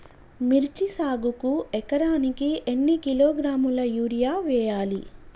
మిర్చి సాగుకు ఎకరానికి ఎన్ని కిలోగ్రాముల యూరియా వేయాలి?